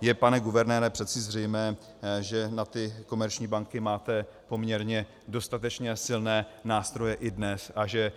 Je přece, pane guvernére, zřejmé, že na ty komerční banky máte poměrně dostatečně silné nástroje i dnes a že